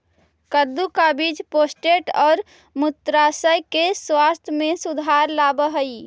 कद्दू का बीज प्रोस्टेट और मूत्राशय के स्वास्थ्य में सुधार लाव हई